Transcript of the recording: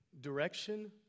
Direction